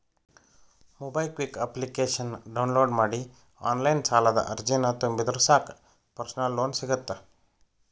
MobiKwik ಅಪ್ಲಿಕೇಶನ download ಮಾಡಿ online ಸಾಲದ ಅರ್ಜಿನ ತುಂಬಿದ್ರ ಸಾಕ್ ಪರ್ಸನಲ್ ಲೋನ್ ಸಿಗತ್ತ